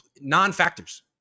non-factors